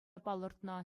палӑртнӑ